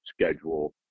schedule